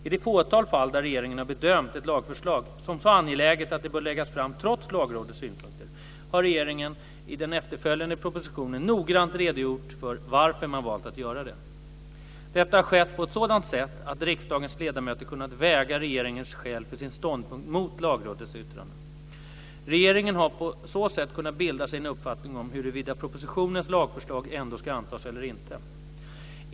I det fåtal fall där regeringen har bedömt ett lagförslag som så angeläget att det bör läggas fram trots Lagrådets synpunkter, har regeringen i den efterföljande propositionen noggrant redogjort för varför man valt att göra det. Detta har skett på ett sådant sätt att riksdagens ledamöter kunnat väga regeringens skäl för sin ståndpunkt mot Lagrådets yttrande. Riksdagen har på så sätt kunnat bilda sig en uppfattning om huruvida propositionens lagförslag ändå ska antas eller inte.